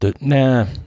nah